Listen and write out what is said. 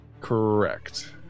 Correct